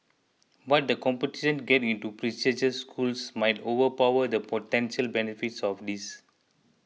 but the competition to get into prestigious schools might overpower the potential benefits of this